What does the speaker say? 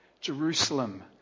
Jerusalem